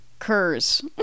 occurs